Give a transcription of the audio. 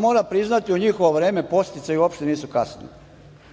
Moram priznati da u njihovo vreme podsticaji uopšte nisu kasnili,